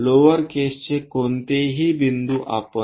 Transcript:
lower केसचे कोणतेही बिंदू आपण